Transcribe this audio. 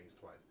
twice